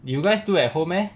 you guys do at home meh